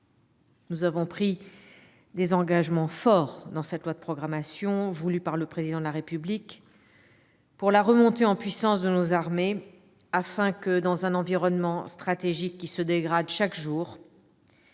Nous avons pris des engagements forts dans cette loi de programmation voulue par le Président de la République pour la remontée en puissance de nos armées, afin que, dans un environnement stratégique qui se dégrade chaque jour,